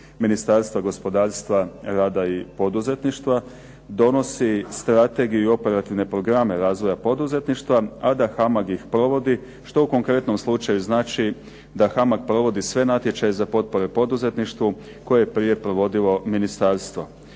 Ministarstva gospodarstva, rada i poduzetništva, donosi Strategiju i operativne programe razvoja poduzetništva, a da HAMAG ih provodi što u konkretnom slučaju znači da HAMAG provodi sve natječaje za potpore poduzetništvu koje je prije provodilo ministarstvo.